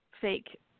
fake